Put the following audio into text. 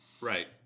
Right